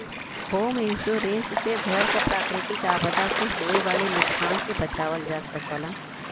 home insurance से घर क प्राकृतिक आपदा से होये वाले नुकसान से बचावल जा सकला